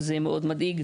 זה מאוד מדאיג,